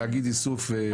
תאגיד איסוף.